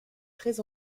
très